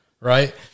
right